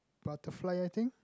butterfly I think